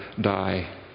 die